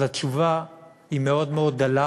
אז התשובה היא מאוד מאוד דלה